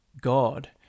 God